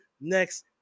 next